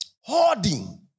Hoarding